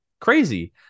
crazy